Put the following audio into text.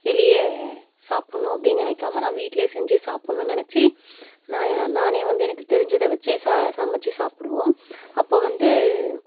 வெளியே சாப்புடணும் அப்படினு நினைக்காம நான் வீட்லேயே செஞ்சு சாப்புடணுனு நெனைச்சி நான் நான் வந்து எனக்கு தெரிஞ்சதை வச்சு சமைச்சி சாப்பிடுவோம் அப்போ வந்து